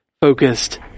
focused